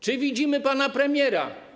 Czy widzimy pana premiera?